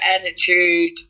attitude